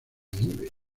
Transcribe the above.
nieve